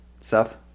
Seth